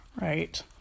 Right